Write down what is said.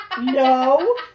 No